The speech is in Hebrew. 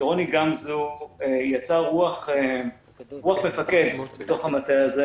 שרוני גמזו יצר רוח מפקד בתוך המטה הזה,